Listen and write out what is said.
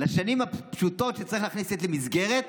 לשנים הפשוטות שצריך להכניס בהן ילד למסגרת,